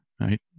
right